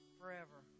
forever